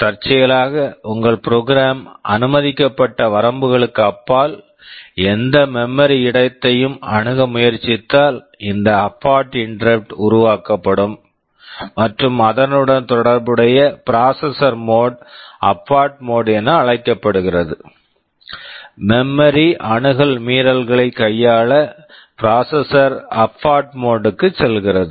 தற்செயலாக உங்கள் program program அனுமதிக்கப்பட்ட வரம்புகளுக்கு அப்பால் எந்த மெமரி memory இடத்தையும் அணுக முயற்சித்தால் இந்த அபார்ட் abort இன்டெரப்ட் interrupt உருவாக்கப்படும் மற்றும் அதனுடன் தொடர்புடைய processor mode processor mode abort abort mode mode என அழைக்கப்படுகிறது மெமரி memory அணுகல் மீறல்களைக் கையாள processor processor abort abort mode mode க்குச் செல்கிறது